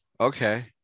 okay